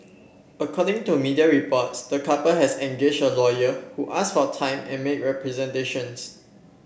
according to media reports the couple has engaged a lawyer who asked for time and make representations